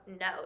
no